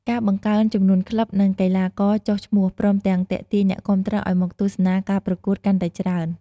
ការបង្កើនចំនួនក្លឹប និងកីឡាករចុះឈ្មោះ ព្រមទាំងទាក់ទាញអ្នកគាំទ្រឱ្យមកទស្សនាការប្រកួតកាន់តែច្រើន។